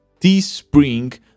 Teespring